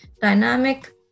dynamic